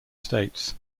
states